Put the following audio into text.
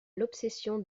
l’obsession